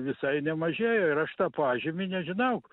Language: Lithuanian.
visai nemažėja ir aš tą pažymį nežinau